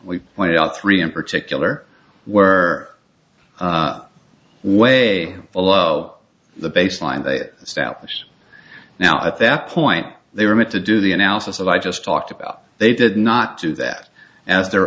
we went out three in particular were way well the baseline they se now at that point they were meant to do the analysis that i just talked about they did not do that as their